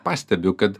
pastebiu kad